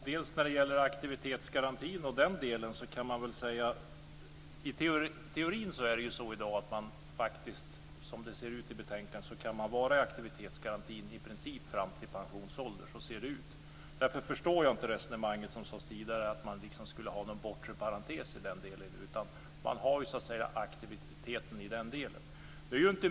Herr talman! När det gäller aktivitetsgarantin och den delen är det i teorin i dag, som det ser ut i betänkandet, så att man kan vara i aktivitetsgarantin i princip fram till pensionsålder. Så ser det ut. Därför förstår jag inte resonemanget som fördes tidigare om att det skulle finnas någon bortre parentes i den delen. Där har man aktiviteten.